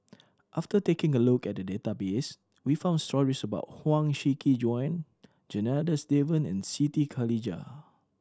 after taking a look at the database we found stories about Huang Shiqi Joan Janadas Devan and Siti Khalijah